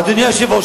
אדוני היושב-ראש,